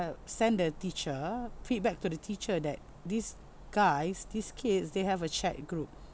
send the teacher feedback to the teacher that these guys these kids they have a chat group